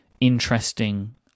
interesting